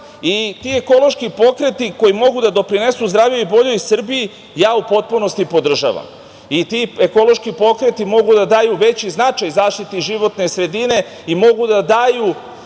i ti ekološki pokreti koji mogu da doprinesu zdravijoj i boljoj Srbiji, u potpunosti podržavam. Ti ekološki pokreti mogu da daju veći značaj zaštiti životne sredine i mogu da daju